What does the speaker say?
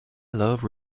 love